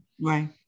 Right